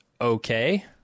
okay